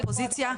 אופוזיציה,